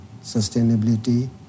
sustainability